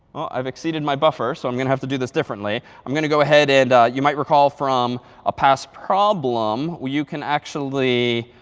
i've exceeded my buffer. so i'm going to do this differently. i'm going to go ahead and you might recall from a past problem, where you can actually